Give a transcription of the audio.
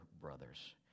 brothers